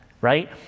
right